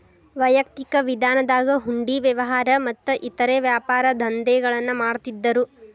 ವೈಯಕ್ತಿಕ ವಿಧಾನದಾಗ ಹುಂಡಿ ವ್ಯವಹಾರ ಮತ್ತ ಇತರೇ ವ್ಯಾಪಾರದಂಧೆಗಳನ್ನ ಮಾಡ್ತಿದ್ದರು